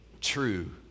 true